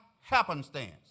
happenstance